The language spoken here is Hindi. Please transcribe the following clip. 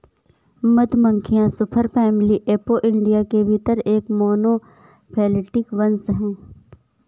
मधुमक्खियां सुपरफैमिली एपोइडिया के भीतर एक मोनोफैलेटिक वंश हैं